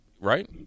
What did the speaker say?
Right